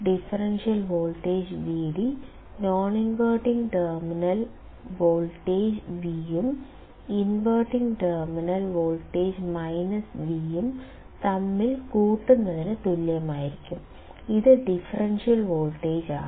differential voltage Vd non inverting ടെർമിനലിൽ voltage V യും inverting ടെർമിനലിൽ വോൾട്ടേജ് V യും തമ്മിൽ കൂട്ടുന്നതിന് തുല്യമായിരിക്കും ഇത് ഡിഫറൻഷ്യൽ വോൾട്ടേജാണ്